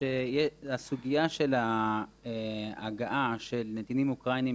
שהסוגייה של ההגעה של נתינים אוקראינים